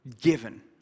given